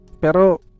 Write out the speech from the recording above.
Pero